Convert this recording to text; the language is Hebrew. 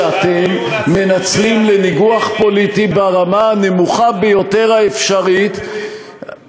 שאתם מנצלים לניגוח פוליטי ברמה הנמוכה ביותר האפשרית,